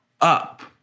up